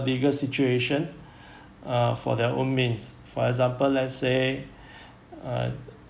legal situation uh for their own means for example let's say uh